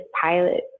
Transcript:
pilot